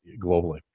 globally